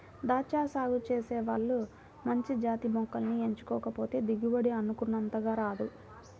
దాచ్చా సాగు చేసే వాళ్ళు మంచి జాతి మొక్కల్ని ఎంచుకోకపోతే దిగుబడి అనుకున్నంతగా రాదు